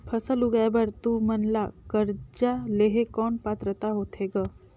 फसल उगाय बर तू मन ला कर्जा लेहे कौन पात्रता होथे ग?